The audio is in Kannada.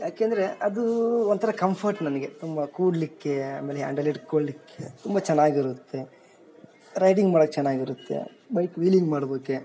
ಯಾಕಂದ್ರೆ ಅದು ಒಂಥರ ಕಂಫರ್ಟ್ ನನಗೆ ತುಂಬ ಕೂಡಲಿಕ್ಕೆ ಆಮೇಲೆ ಹ್ಯಾಂಡಲ್ ಹಿಡ್ಕೊಳಿಕ್ಕೆ ತುಂಬ ಚೆನ್ನಾಗ್ ಇರುತ್ತೆ ರೈಡಿಂಗ್ ಮಾಡೊಕ್ ಚೆನ್ನಾಗಿರುತ್ತೆ ಬೈಕ್ ವೀಲಿಂಗ್ ಮಾಡ್ಬಕ್ಕೆ